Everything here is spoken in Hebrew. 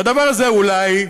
והדבר הזה, אולי,